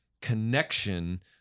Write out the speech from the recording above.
connection